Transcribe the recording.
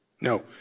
No